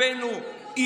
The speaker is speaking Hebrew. שיקום ההרתעה מול אויבינו,